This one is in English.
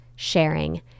sharing